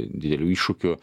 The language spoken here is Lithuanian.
didelių iššūkių